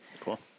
Cool